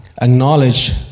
acknowledge